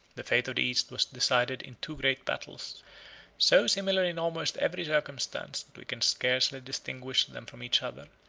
the fate of the east was decided in two great battles so similar in almost every circumstance, that we can scarcely distinguish them from each other,